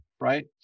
right